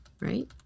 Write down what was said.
right